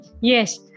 Yes